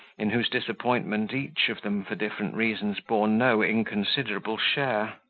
in whose disappointment each of them, for different reasons, bore no inconsiderable share.